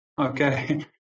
Okay